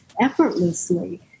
effortlessly